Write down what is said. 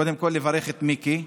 קודם כול, לברך את מיקי.